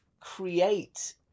create